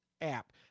app